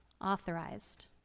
authorized